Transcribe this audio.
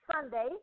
Sunday